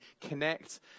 connect